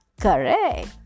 Correct